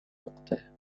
نقطه